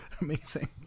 Amazing